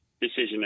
decision